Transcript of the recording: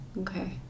Okay